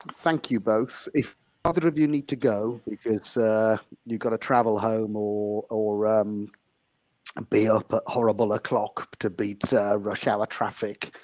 thank you both. if either of you need to go because you got to travel home or or um and be up but horrible o'clock to beat rush hour traffic,